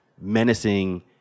menacing